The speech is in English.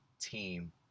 team